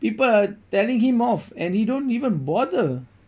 people are telling him off and he don't even bother